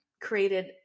created